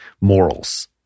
morals